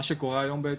מה שקורה היום בעצם,